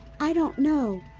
i don't know.